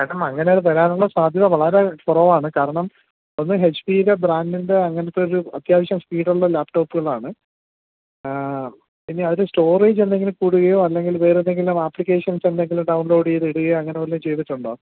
madam അങ്ങനെ വരാനുള്ള സാധ്യത വളരെ കുറവാണ് കാരണം ഒന്ന് ഹെച്ച് പീ യുടെ ബ്രാൻഡിൻ്റെ അങ്ങനെത്തെയൊരു അത്യാവശ്യം സ്പീഡുള്ള ലാപ്ടോപ്പുകളാണ് പിന്നെ അത് സ്റ്റോറേജ് എന്തെങ്കിലും കൂടുകയോ അല്ലെങ്കിൽ വേറെന്തെങ്കിലും ആപ്ലിക്കേഷൻസ് എന്തെങ്കിലും ഡൗൺലോഡ് ചെയ്തിടുകയോ അങ്ങനെ വല്ലതും ചെയ്തിട്ടുണ്ടോ